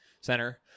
center